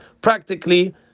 practically